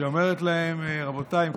שאומרת להם: רבותיי,